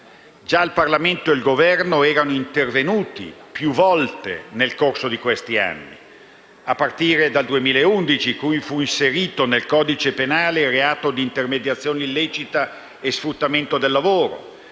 Già il Parlamento e il Governo sono intervenuti più volte nel corso di questi anni, a partire dal 2011, quando fu inserito nel codice penale il reato di intermediazione illecita e di sfruttamento del lavoro.